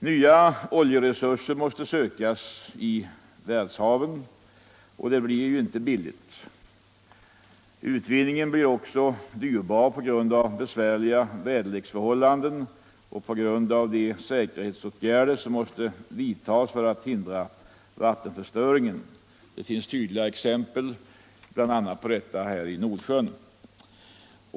Nya oljetillgångar måste sökas i världshaven, och det blir inte billigt. Utvinningen blir också dyrbar på grund av besvärliga väderleksförhållanden och på grund av de säkerhetsåtgärder som måste vidtas för att hindra vattenförstöring. Det finns tydliga exempel på detta bl.a. här i Nordsjön.